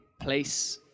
place